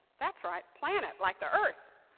that's right, planet like the earth.